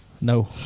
No